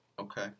Okay